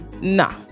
Nah